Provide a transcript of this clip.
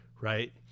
right